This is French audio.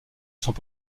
sont